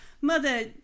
Mother